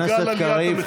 חבר הכנסת קריב,